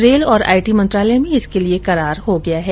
rail और IT मंत्रालय में इसके लिए करार हो गया है